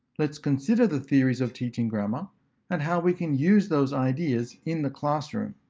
let's consider the theories of teaching grammar and how we can use those ideas in the classroom.